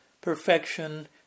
perfection